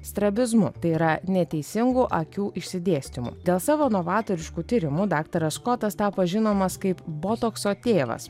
strabizmu tai yra neteisingu akių išsidėstymu dėl savo novatoriškų tyrimų daktaras skotas tapo žinomas kaip botokso tėvas